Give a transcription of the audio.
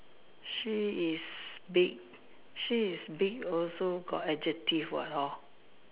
she is big she is big also got adjective what hor